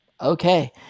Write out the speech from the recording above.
okay